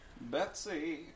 Betsy